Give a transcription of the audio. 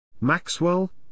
Maxwell